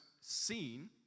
seen